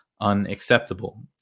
unacceptable